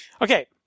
Okay